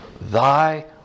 Thy